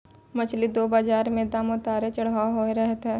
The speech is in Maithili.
मछली रो बाजार मे दाम उतार चढ़ाव होते रहै छै